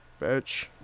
bitch